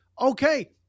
okay